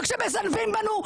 וכשמזנבים בנו,